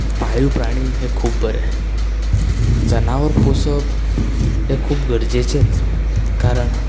पाळीव प्राणी हे खूब बरें जनावर पोसप हे खूब गरजेचेच कारण